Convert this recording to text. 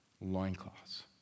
loincloths